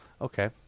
Okay